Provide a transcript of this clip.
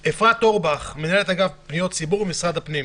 אפרת אורבך, מנהלת אגף פניות ציבור במשרד הפנים.